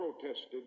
protested